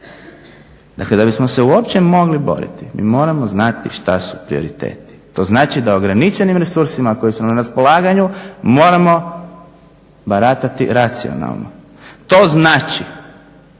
Dakle da bi smo se uopće mogli boriti mi moramo znati šta su prioriteti, to znači da ograničenim resursima koji su nam na raspolaganju moramo baratati racionalno, to znači